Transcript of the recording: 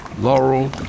Laurel